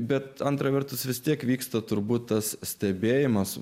bet antra vertus vis tiek vyksta turbūt tas stebėjimas